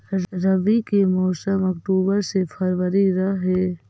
रब्बी के मौसम अक्टूबर से फ़रवरी रह हे